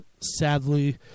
sadly